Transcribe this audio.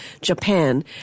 Japan